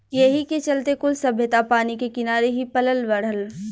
एही के चलते कुल सभ्यता पानी के किनारे ही पलल बढ़ल